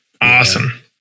Awesome